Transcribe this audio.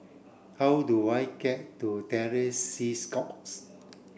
how do I get to Terror Sea Scouts